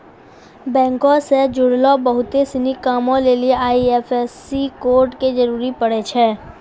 बैंको से जुड़लो बहुते सिनी कामो लेली आई.एफ.एस.सी कोड के जरूरी पड़ै छै